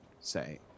say